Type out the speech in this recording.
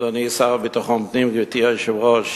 אדוני השר לביטחון הפנים, גברתי היושבת-ראש,